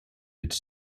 its